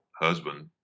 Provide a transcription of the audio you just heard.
husband